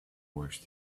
worse